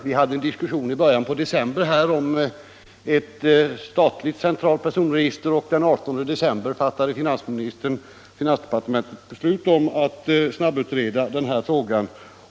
Vi hade i början av december en diskussion i riksdagen om ett centralt statligt personregister, och redan den 18 december fattade finansdepartementet beslut om att snabbutreda denna fråga.